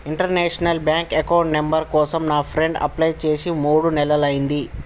international bank account number కోసం నా friend apply చేసి మూడు నెలలయ్యింది